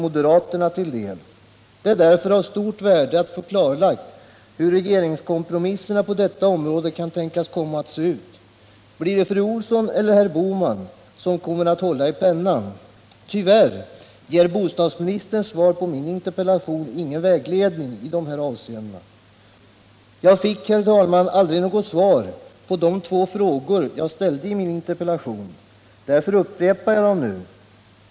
Mot bakgrunden av vad som här redovisats bör det slås fast, att de rekreationsområden som fastlägges i den fysiska riksplaneringen, där en skälig avvägning sker mellan rekreationsbehov och behov av en rationell skogsproduktion, skall respekteras av skogsbruket utan krav på ekonomisk kompensation. Tillfredsställes inte dessa krav bör en skärpning ske i naturvårdslagstiftningen. 1.